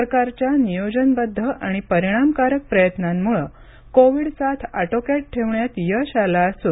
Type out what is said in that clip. सरकारच्या नियोजनबद्ध आणि परिणामकारक प्रयत्नांमुळे कोविड साथ आटोक्यात ठेवण्यात यश आलं राष्ट्रीय दु